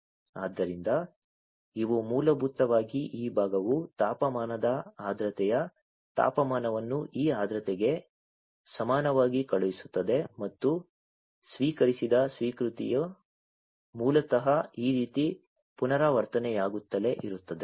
ಆದ್ದರಿಂದ ಇವು ಮೂಲಭೂತವಾಗಿ ಈ ಭಾಗವು ತಾಪಮಾನದ ಆರ್ದ್ರತೆಯ ತಾಪಮಾನವನ್ನು ಈ ಆರ್ದ್ರತೆಗೆ ಸಮಾನವಾಗಿ ಕಳುಹಿಸುತ್ತದೆ ಮತ್ತು ಸ್ವೀಕರಿಸಿದ ಸ್ವೀಕೃತಿಯು ಮೂಲತಃ ಈ ರೀತಿ ಪುನರಾವರ್ತನೆಯಾಗುತ್ತಲೇ ಇರುತ್ತದೆ